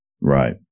Right